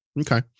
Okay